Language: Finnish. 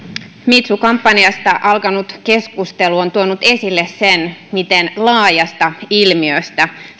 too kampanjasta alkanut keskustelu on tuonut esille sen miten laajasta ilmiöstä